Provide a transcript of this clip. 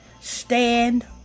stand